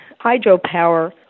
hydropower